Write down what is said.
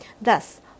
Thus